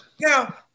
Now